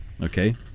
Okay